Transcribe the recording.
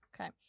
Okay